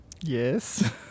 Yes